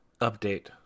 update